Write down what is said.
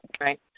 right